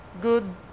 good